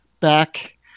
back